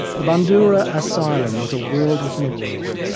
the bundoora asylum was a world within a world,